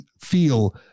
feel